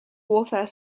warfare